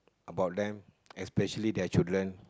about them especially their children